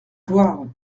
voir